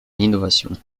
l’innovation